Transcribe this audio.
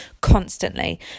constantly